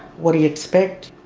what do you expect?